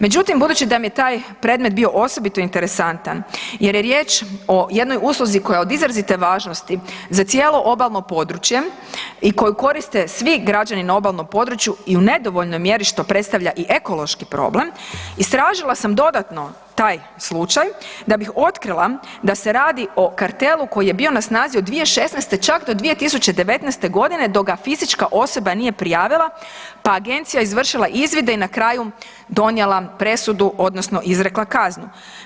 Međutim, budući da mi je taj predmet bio osobito interesantan jer je riječ o jednoj usluzi koja je od izrazite važnosti za cijelo obalno područje i koju koriste svi građani na obalnom području i u nedovoljnoj mjeri što predstavlja i ekološki problem istražila sam dodatno taj slučaj, da bih otkrila da se radi o kartelu koji je bio na snazi od 2016. čak do 2019. godine dok ga fizička osoba nije prijavila pa agencija izvršila izvide i na kraju donijela presudu, odnosno izrekla kaznu.